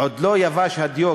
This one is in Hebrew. עוד לא יבש הדיו,